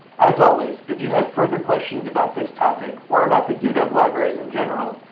as always, if you have further questions about this topic or about the uw libraries in general,